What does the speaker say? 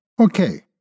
Okay